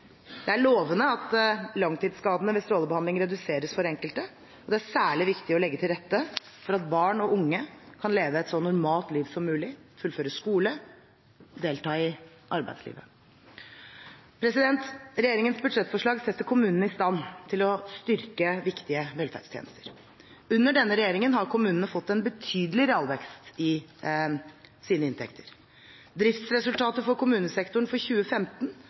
Det er lovende at langtidsskadene ved strålebehandling reduseres for enkelte. Det er særlig viktig å legge til rette for at barn og unge kan leve et så normalt liv som mulig, fullføre skole og delta i arbeidslivet. Regjeringens budsjettforslag setter kommunene i stand til å styrke viktige velferdstjenester. Under denne regjeringen har kommunene fått en betydelig realvekst i sine inntekter. Driftsresultatet for kommunesektoren for 2015